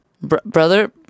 Brother